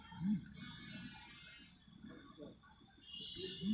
daffodil के फूलों का उपयोग गुलदस्ते आदि में बहुतायत से होता है